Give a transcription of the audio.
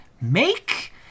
make